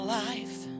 life